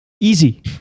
Easy